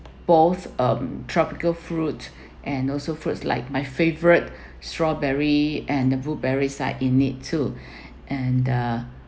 bowls um tropical fruit and also fruits like my favorite strawberry and the blueberry side in it too and the